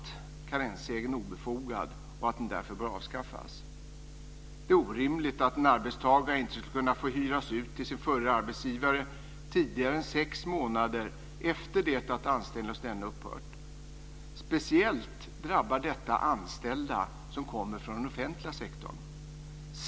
Det är orimligt att en arbetstagare inte skulle kunna få hyras ut till sin förra arbetsgivare tidigare än sex månader efter det att anställning hos denne upphört. Speciellt drabbar detta anställda som kommer från den offentliga sektorn.